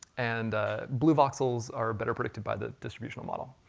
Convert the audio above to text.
and blue voxels are better predicted by the distributional model.